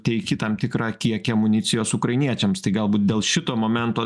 teiki tam tikrą kiekį amunicijos ukrainiečiams tai galbūt dėl šito momento